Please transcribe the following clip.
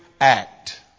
act